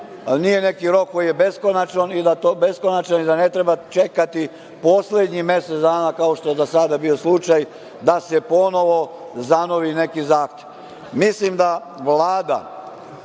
nije neki rok koji je beskonačan i da ne treba čekati poslednjih mesec dana kao što je to do sada bio slučaj, da se ponovo zanovi neki zahtev. Mislim da Vlada